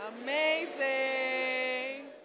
Amazing